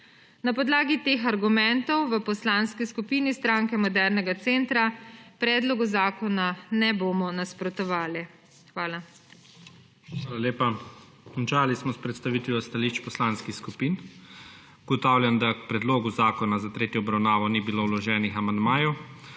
Na podlagi teh argumentov v Poslanski skupini Stranke modernega centra predlogu zakona ne bomo nasprotovali. Hvala. **PREDSEDNIK IGOR ZORČIČ:** Hvala lepa. Končali smo predstavitev stališč poslanskih skupin. Ugotavljam, da k predlogu zakona za tretjo obravnavo ni bilo vloženih amandmajev.